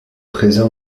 présent